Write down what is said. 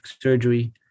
surgery